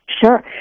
Sure